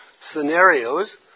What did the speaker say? scenarios